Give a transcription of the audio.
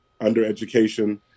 undereducation